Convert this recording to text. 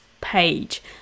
page